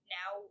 now